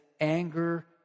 anger